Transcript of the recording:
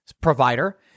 provider